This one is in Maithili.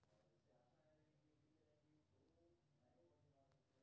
भारत मे खरीफ आ रबी के फसल उपजाएल जाइ छै